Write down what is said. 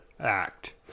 act